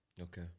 Okay